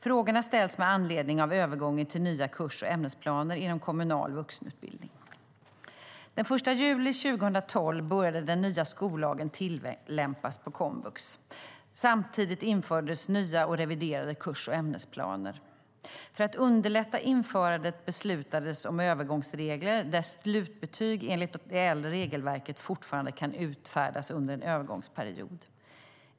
Frågorna ställs med anledning av övergången till nya kurs och ämnesplaner inom kommunal vuxenutbildning. Den 1 juli 2012 började den nya skollagen tillämpas på komvux. Samtidigt infördes nya och reviderade kurs och ämnesplaner. För att underlätta införandet beslutades om övergångsregler där slutbetyg enligt det äldre regelverket fortfarande kan utfärdas under en övergångsperiod.